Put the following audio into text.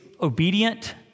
obedient